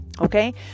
Okay